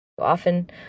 Often